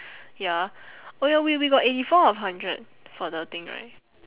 ya oh ya we we got eighty four out of hundred for the thing right